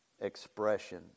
expression